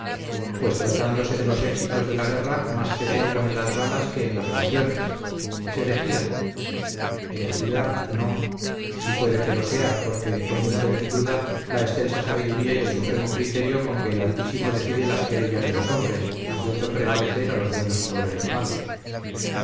pues tratándose de los éxitos de la guerra más fe tengo en las balas que en las oraciones es herejía herejía no y puede que lo sea porque pone usted en duda la excelsa sabiduría y el supremo criterio con que el altísimo decide las querellas de los hombres haciendo prevalecer a los buenos sobre los malos